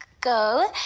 Go